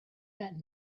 got